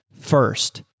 first